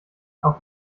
auf